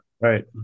Right